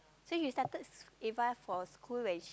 so you started with us for school when she